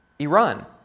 Iran